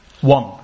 one